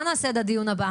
מה נעשה עד הדיון הבא?